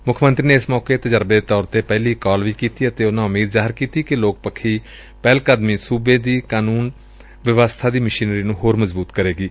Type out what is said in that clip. ਮੁੱਖ ਮੰਤਰੀ ਨੇ ਇਸ ਮੌਕੇ ਤਜਰਬੇ ਦੇ ਤੌਰ ਤੇ ਪਹਿਲੀ ਕਾਲ ਕੀਤੀ ਅਤੇ ਉਨਾਂ ਉਮੀਦ ਪੁਗਟ ਕੀਤੀ ਕਿ ਇਹ ਲੋਕ ਪੱਖੀ ਪਹਿਲ ਕਦਮੀ ਸੁਬੇ ਦੀ ਕਾਨੂੰਨ ਵਿਵਸਬਾ ਦੀ ਮਸ਼ੀਨਰੀ ਨੂੰ ਹੋਰ ਮਜ਼ਬੁਤ ਕਰੇਗੀ